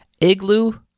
Igloo